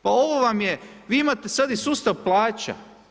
Pa ovo vam je, vi imate sad i sustav plaća.